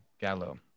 Gallo